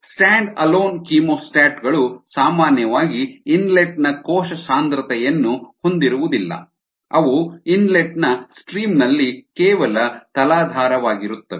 stand alone chemostat ಗಳು ಸಾಮಾನ್ಯವಾಗಿ inlet ನ ಕೋಶ ಸಾಂದ್ರತೆಯನ್ನು ಹೊಂದಿರುವುದಿಲ್ಲ ಅವು ಇನ್ಲೆಟ್ ನ ಸ್ಟ್ರೀಮ್ ನಲ್ಲಿ ಕೇವಲ ತಲಾಧಾರವಾಗಿರುತ್ತವೆ